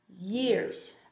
Years